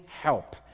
help